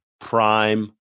prime